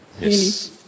Yes